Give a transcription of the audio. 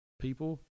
people